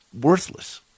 worthless